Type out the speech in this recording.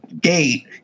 gate